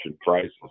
prices